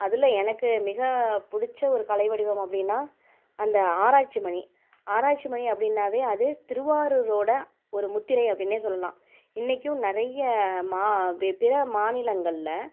அதில் எனக்கு மிக பிடுச்ச ஒரு கலை வடிவம் அப்படின்னா அந்த ஆராய்ச்சி மணி ஆராய்ச்சி மணி அப்படின்னாவே அது திருவாரூரோட ஒரு முத்திரை அப்படின்னே சொல்லலாம் இன்னிக்கும் நிறைய பிற மாநிலங்களில்